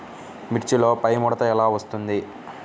మిర్చిలో పైముడత ఎలా వస్తుంది?